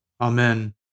Amen